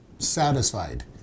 Satisfied